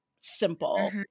simple